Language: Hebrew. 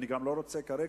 אני גם לא רוצה כרגע,